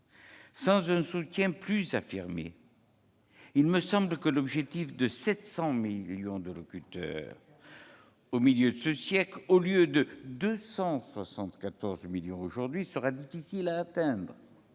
sans un soutien plus affirmé, il me semble que l'objectif de 700 millions de locuteurs au milieu de ce siècle, au lieu de 274 millions aujourd'hui, sera difficile à atteindre.